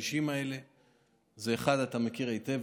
את האחד אתה מכיר היטב,